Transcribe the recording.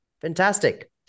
fantastic